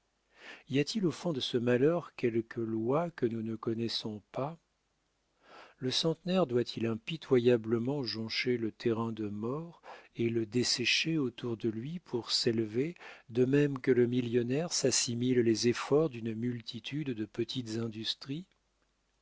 y a-t-il au fond de ce malheur quelque loi que nous ne connaissons pas le centenaire doit-il impitoyablement joncher le terrain de morts et le dessécher autour de lui pour s'élever de même que le millionnaire s'assimile les efforts d'une multitude de petites industries